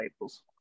labels